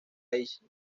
hesse